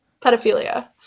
pedophilia